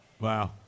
Wow